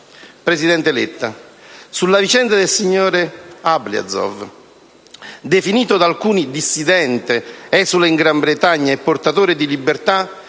Presidente Letta, sulla vicenda del signor Ablyazov, definito da alcuni dissidente, esule in Gran Bretagna e portatore di libertà,